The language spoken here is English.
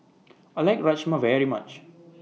I like Rajma very much